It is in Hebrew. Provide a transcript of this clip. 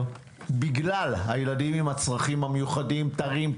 בגלל הילדים עם הצרכים המיוחדים תרים,